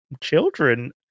children